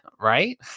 Right